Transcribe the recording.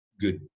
good –